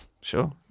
sure